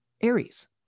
Aries